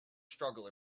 struggle